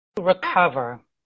recover